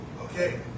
Okay